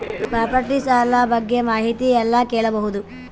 Property ಸಾಲ ಬಗ್ಗೆ ಮಾಹಿತಿ ಎಲ್ಲ ಕೇಳಬಹುದು?